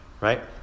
right